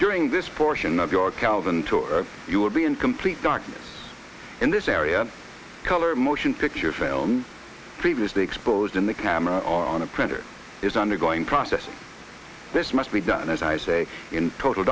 during this portion of your calvin tour you will be in complete darkness in this area color motion picture film previously exposed in the camera on a printer is undergoing process this must be done as i say in total